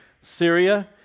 Syria